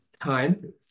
time